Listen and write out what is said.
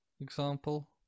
example